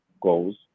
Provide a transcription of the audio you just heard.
goals